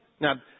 Now